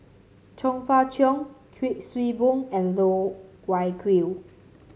Chong Fah Cheong Kuik Swee Boon and Loh Wai Kiew